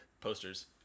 Posters